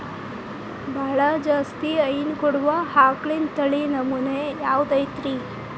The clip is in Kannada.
ಬಹಳ ಜಾಸ್ತಿ ಹೈನು ಕೊಡುವ ಆಕಳಿನ ತಳಿ ನಮೂನೆ ಯಾವ್ದ ಐತ್ರಿ?